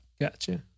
Gotcha